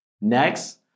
Next